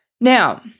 Now